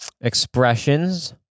expressions